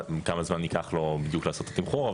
כמה זמן בדיוק ייקח לו לעשות את התמחור.